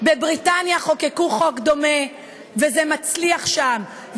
בבריטניה חוקקו חוק דומה וזה מצליח שם,